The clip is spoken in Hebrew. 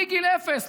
מגיל אפס,